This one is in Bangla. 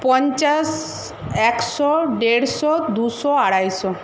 পঞ্চাশ একশো দেড়শো দুশো আড়াইশো